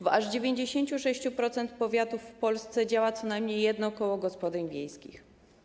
W aż 96% powiatów w Polsce działa co najmniej jedno koło gospodyń wiejskich.